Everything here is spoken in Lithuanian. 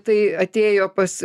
tai atėjo pas